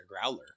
growler